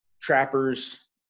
trappers